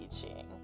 teaching